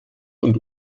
und